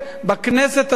בכנסת הזאת,